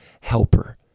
helper